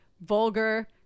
vulgar